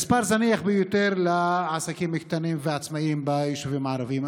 מספר זניח ביותר לעסקים קטנים ועצמאים ביישובים הערביים.